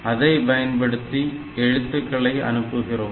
அதை பயன்படுத்தி எழுத்துக்களை அனுப்புகிறோம்